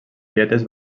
dietes